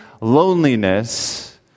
loneliness